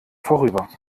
vorüber